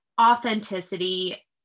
authenticity